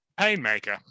Painmaker